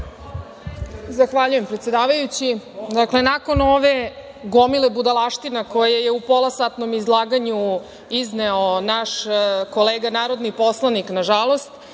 Zahvaljujem, predsedavajući. Dakle, nakon ove gomile budalaština koje je u polasatnom izlaganju izneo naš kolega, narodni poslanik, nažalost.